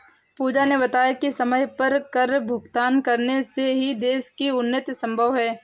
पूजा ने बताया कि समय पर कर भुगतान करने से ही देश की उन्नति संभव है